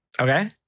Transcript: Okay